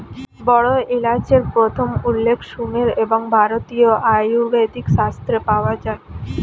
বড় এলাচের প্রথম উল্লেখ সুমের এবং ভারতীয় আয়ুর্বেদিক শাস্ত্রে পাওয়া যায়